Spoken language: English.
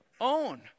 own